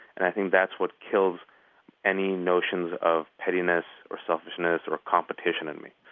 and i think that's what kills any notions of pettiness or selfishness or competition in me.